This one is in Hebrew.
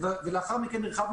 חברי הכנסת, התייחסות ונמשיך.